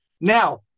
Now